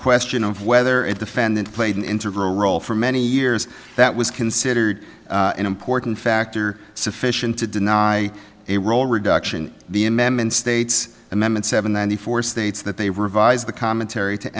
question of whether at the fan that played an integral role for many years that was considered an important factor sufficient to deny a role reduction the amendment states and them and seven ninety four states that they revise the commentary to